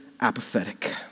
apathetic